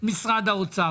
משרד האוצר.